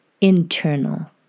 internal